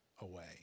away